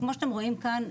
כמו שאתם רואים כאן,